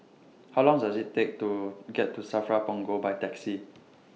How Long Does IT Take to get to SAFRA Punggol By Taxi